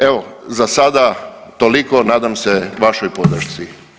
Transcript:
Evo, za sada toliko, nadam se vašoj podršci.